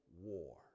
War